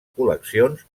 col·leccions